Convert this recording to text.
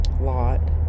lot